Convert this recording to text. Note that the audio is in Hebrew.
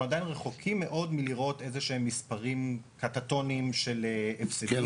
אנחנו עדיין רחוקים מאוד מלראות איזה שהם מספרים קטטוניים של הפסדים.